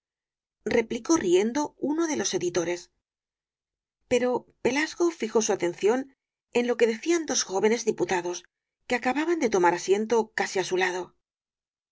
replicó riendo uno de los editores pero pelasgo fijó su atención en lo que decían dos jóvenes diputados que acababan de tomar asiento casi á su lado